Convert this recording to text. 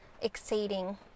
exceeding